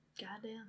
Goddamn